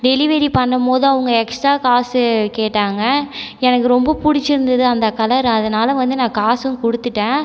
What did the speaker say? delivery பண்ணும் போது அவங்க எக்ஸ்டா காசு கேட்டாங்க எனக்கு ரொம்ப பிடிச்சிருந்துது அந்த கலர் அதனால் வந்து நான் காசும் கொடுத்துட்டேன்